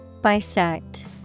Bisect